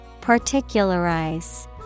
Particularize